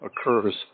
occurs